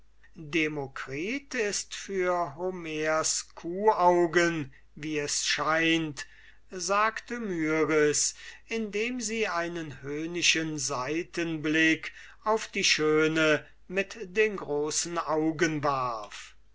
demokritus ist für homers kuhaugen wie es scheint sagte myris indem sie einen höhnischen seitenblick auf die schöne mit den großen augen warf